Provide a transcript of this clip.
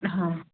ਹਾਂ